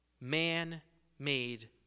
Man-made